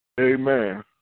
Amen